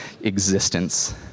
existence